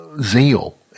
zeal